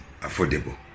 affordable